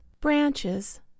branches